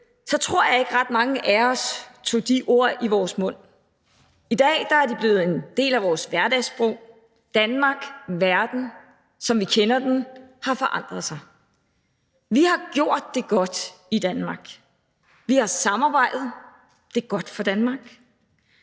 tror jeg ikke, at ret mange af os tog de ord i vores mund. I dag er de blevet en del af vores hverdagssprog. Danmark og verden, som vi kender den, har forandret sig. Vi har gjort det godt i Danmark. Vi har samarbejdet. Det er godt for Danmark.